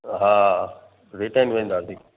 हा रिटर्न वेंदासीं